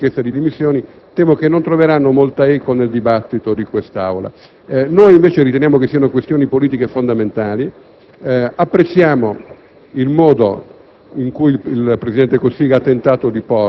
Queste grandi questione politiche, che stanno dietro la richiesta di dimissioni, credo che non troveranno molta eco nel dibattito in quest'Aula. Noi invece riteniamo che si tratti di questioni politiche fondamentali ed apprezziamo il modo